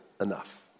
enough